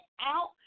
out